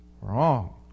Wrong